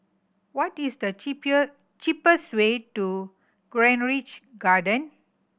what is the cheapest way to Garden